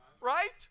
Right